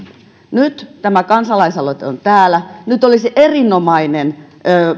nyt tämä kansalaisaloite on täällä nyt olisi erinomainen